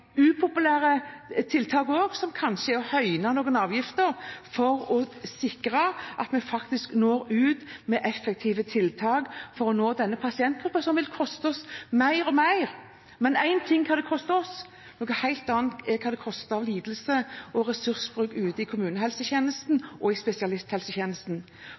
upopulære tiltakene – f.eks. øker noen avgifter – for å sikre at vi faktisk når ut med effektive tiltak for denne pasientgruppen, som vil koste oss mer og mer. Én ting er hva det koster oss, noe helt annet er hva det koster av lidelser – og ressurser i kommunehelsetjenesten og i spesialisthelsetjenesten.